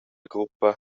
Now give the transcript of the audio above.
gruppa